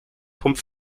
pump